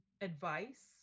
advice